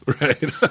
Right